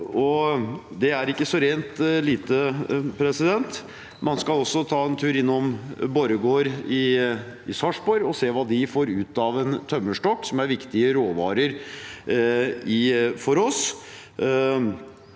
Det er ikke så rent lite. Man kan også ta en tur innom Borregaard i Sarpsborg og se hva de får ut av en tømmerstokk, som er en viktig råvare for oss